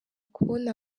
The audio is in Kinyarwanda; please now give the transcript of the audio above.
kubona